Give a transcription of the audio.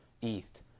East